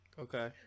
Okay